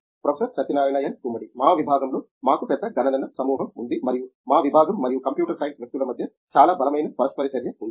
professor Satyanarayana N Gummadi మా విభాగంలో మాకు పెద్ద గణన సమూహం ఉంది మరియు మా విభాగం మరియు కంప్యూటర్ సైన్స్ వ్యక్తుల మధ్య చాలా బలమైన పరస్పర చర్య ఉంది